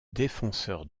défenseur